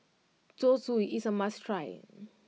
Zosui is a must try